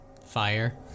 fire